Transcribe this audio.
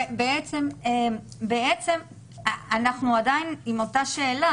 בעצם אנחנו עדיין עם אותה שאלה,